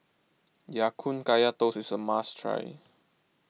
Ya Kun Kaya Toast is a must try